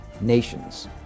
nations